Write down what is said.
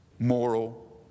Moral